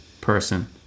person